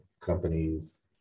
companies